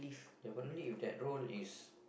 definitely that role is